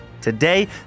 Today